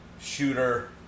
shooter